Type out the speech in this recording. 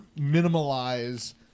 minimize